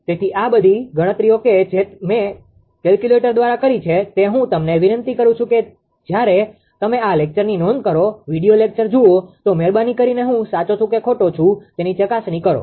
તેથી આ બધી ગણતરીઓ કે જે મેં કેલ્ક્યુલેટર દ્વારા કરી છે તે હું તમને વિનંતી કરું છું કે જ્યારે તમે આ લેકચરની નોંધ કરો વિડિઓ લેક્ચર જુઓ તો મહેરબાની કરીને હું સાચો છું કે ખોટો છું તેની ચકાસણી કરો